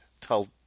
tell